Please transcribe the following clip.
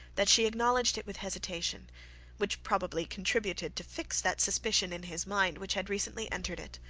that she acknowledged it with hesitation which probably contributed to fix that suspicion in his mind which had recently entered it.